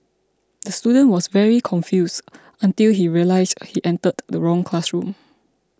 the student was very confused until he realised he entered the wrong classroom